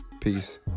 Peace